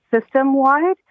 system-wide